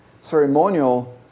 ceremonial